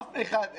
אף אחד,